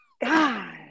God